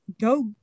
Go